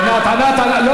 ענת, ענת.